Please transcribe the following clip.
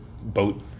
boat